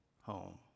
home